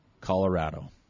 Colorado